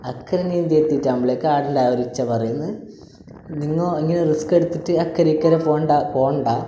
അക്കര നീന്തി എത്തീട്ട് നമ്മളെ കണ്ട ആ ഒരു ഇച്ച പറയുന്നു നിങ്ങൾ ഇങ്ങനെ റിസ്ക്കെട്ത്തിട്ട് അക്കരെ ഇക്കരെ പോണ്ട പോവണ്ട